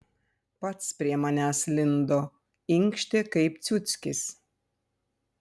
pats prie manęs lindo inkštė kaip ciuckis